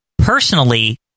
personally